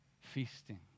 feasting